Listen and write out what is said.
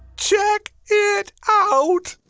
check it out!